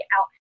out